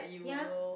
ya